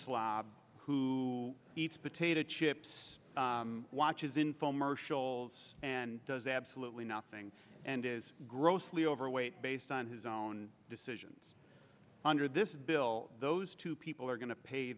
slob who eats potato chips watches infomercials and does absolutely nothing and is grossly overweight based on his own decisions under this bill those two people are going to pay